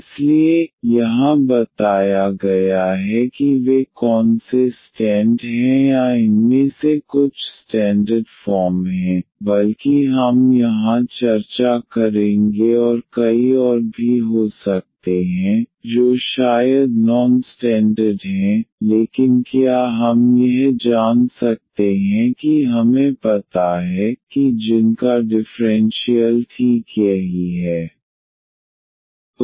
इसलिए यहां बताया गया है कि वे कौन से स्टैंड हैं या इनमें से कुछ स्टैंडर्ड फॉर्म हैं बल्कि हम यहां चर्चा करेंगे और कई और भी हो सकते हैं जो शायद नॉन स्टैंडर्ड हैं लेकिन क्या हम यह जान सकते हैं कि हमें पता है कि जिनका डिफ़्रेंशियल ठीक यही है